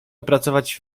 opracować